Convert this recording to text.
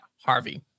Harvey